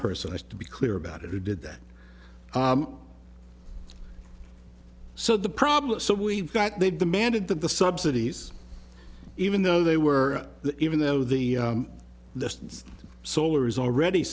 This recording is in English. person has to be clear about who did that so the problem so we've got they've demanded that the subsidies even though they were even though the distance solar is already